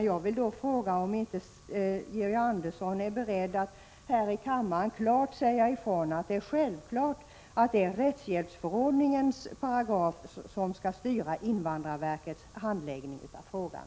Jag vill därför fråga om inte Georg Andersson är beredd att här i kammaren klart säga ifrån att det självfallet är föreskrifterna i rättshjälpsförordningen som skall styra invandrarverkets handläggning av frågan.